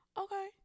Okay